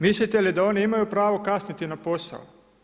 Mislite li da oni imaju pravo kasniti na posao?